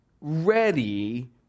ready